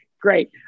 Great